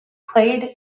played